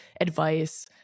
advice